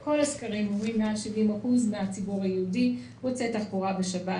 כל הסקרים אומרים שיותר מ-70% מהציבור היהודי רוצה תחבורה בשבת.